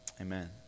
Amen